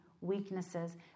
weaknesses